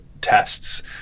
tests